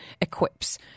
equips